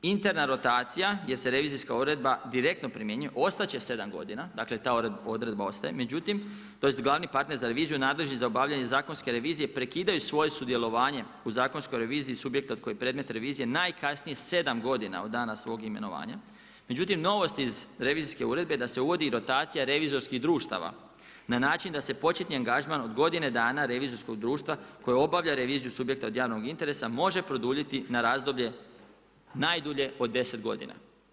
Interna rotacija gdje se revizijska uredba direktno primjenjuje, ostat će sedam godina, dakle ta odredba ostaje međutim, tj. glavni partner za reviziju nadležni za obavljanje zakonske revizije prekidaju svoje sudjelovanje u zakonskoj reviziji subjekta od kojih predmet revizije najkasnije sedam godina od dana svog imenovanja, međutim novost iz revizijske uredbe da se uvodi i rotacija revizorskih društava na način da se početni angažman od godine revizorskog društva koje obavlja reviziju subjekta od javnog interesa, može produljiti na razdoblje najdulje od 10 godina.